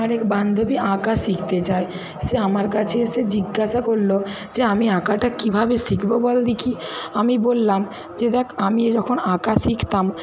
আমার এক বান্ধবী আঁকা শিখতে চায় সে আমার কাছে এসে জিজ্ঞাসা করলো যে আমি আঁকাটা কীভাবে শিখবো বল দেখি আমি বললাম যে দেখ আমি যখন আঁকা শিখতাম